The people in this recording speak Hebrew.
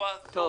זאת